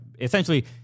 Essentially